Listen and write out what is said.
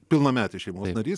pilnametis šeimos narys